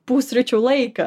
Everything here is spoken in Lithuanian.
pusryčių laiką